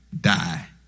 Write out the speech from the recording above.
die